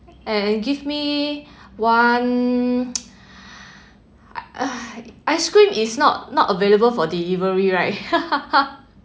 and give me one ice cream is not not available for delivery right